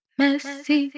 messy